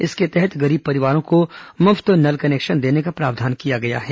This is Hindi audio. इसके तहत गरीब परिवारों को मुफ्त नल कनेक्शन देने का प्रावधान किया गया है